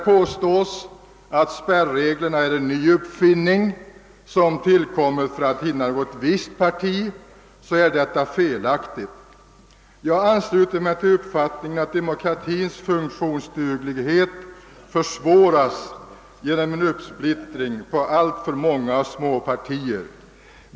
Påståendet att spärreglerna är en ny uppfinning som tillkommit för att stoppa något visst parti är felaktigt. Jag ansluter mig till uppfattningen att demokratins funktionsduglighet minskas genom en uppsplittring på alltför många partier.